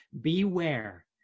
beware